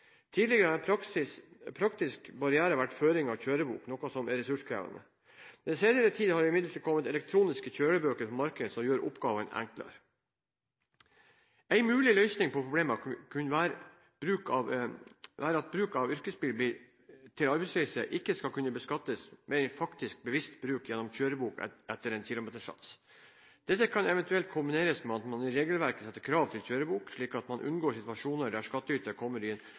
Tidligere har en praktisk barriere vært føring av kjørebok, noe som er ressurskrevende. Den senere tid har det imidlertid kommet elektroniske kjørebøker på markedet som gjør oppgaven enklere. En mulig løsning på problemet kunne være at bruk av yrkesbil til arbeidsreise ikke skal kunne beskattes mer enn faktisk bevist bruk gjennom kjørebok etter en kilometersats. Dette kan evt. kombineres med at man i regelverket setter krav til kjørebok, slik at man unngår situasjoner der skattyter kommer